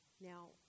Now